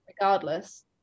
regardless